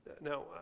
Now